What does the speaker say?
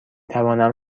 توانم